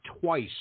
twice